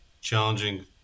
challenging